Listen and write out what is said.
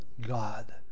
god